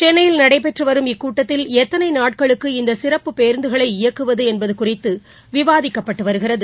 சென்னையில் நடைபெற்று வரும் இக்கூட்டத்தில் எத்தனை நாட்களுக்கு இந்த சிறப்பு பேருந்துகளை இயக்குவது என்பது குறித்து விவாதிக்கப்பட்டு வருகிறது